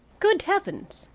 good heavens!